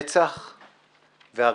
רצח והריגה.